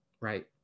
right